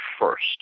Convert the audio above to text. first